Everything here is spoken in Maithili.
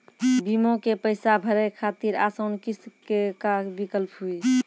बीमा के पैसा भरे खातिर आसान किस्त के का विकल्प हुई?